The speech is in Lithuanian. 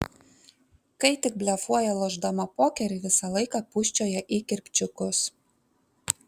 kai tik blefuoja lošdama pokerį visą laiką pūsčioja į kirpčiukus